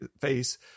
face